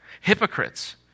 hypocrites